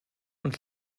und